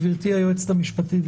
גברתי היועצת המשפטית,